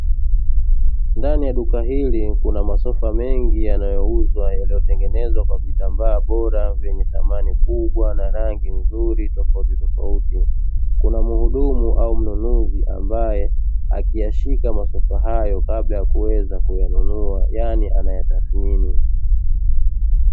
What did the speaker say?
Ndani ya duka hili, kuna masofa mengi yanayouzwa yaliyotengenezwa kwa vitambaa bora vyenye thamani kubwa na rangi nzuri tofautitofauti. Kuna muhudumu au mnunuzi ambae akiyashika masofa hayo kabla ya kuweza kuyanunua, yaani anayatathmini.